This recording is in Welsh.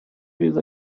bydd